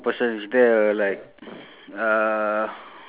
is there a guy holding a white ball